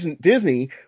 disney